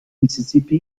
mississippi